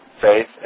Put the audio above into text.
faith